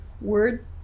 word